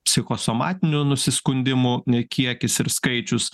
psichosomatinių nusiskundimų n kiekis ir skaičius